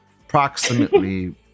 Approximately